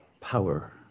power